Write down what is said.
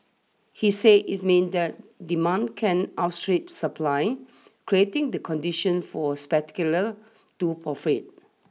he said this means that demand can outstrip supply creating the condition for speculators to profit